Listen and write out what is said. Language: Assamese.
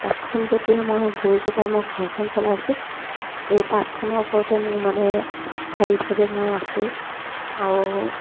তাঁতখন যেতিয়া মই বৈ কোটাই মই ঘৰখন চলাইছোঁ এই তাঁতখনৰ ওপৰতে মোৰ মানে স্থায়ীভাৱে মই আছোঁ আৰু